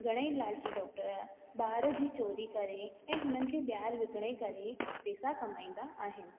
घणे ई लालची डॉक्टर ॿार जी चोरी करे ऐं हुननि खे ॿाहिरि विकिणे करे पैसा कमाईंदा आहिनि